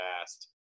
fast